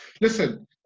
Listen